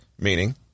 meaning